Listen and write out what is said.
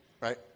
Right